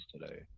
today